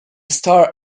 star